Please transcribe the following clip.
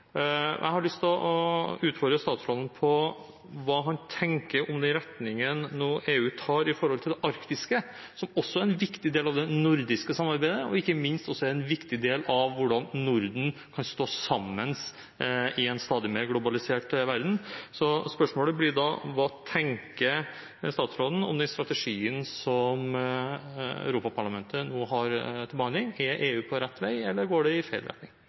Jeg har lyst til å utfordre statsråden på hva han tenker om den retningen EU nå tar når det gjelder det arktiske, som også er en viktig del av det nordiske samarbeidet, og ikke minst en viktig del av hvordan Norden kan stå sammen i en stadig mer globalisert verden. Spørsmålet blir da: Hva tenker statsråden om den strategien som Europaparlamentet nå har til behandling? Er EU på rett vei, eller går det i feil retning?